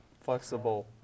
Flexible